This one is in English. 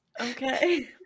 Okay